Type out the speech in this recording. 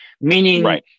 meaning